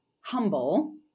humble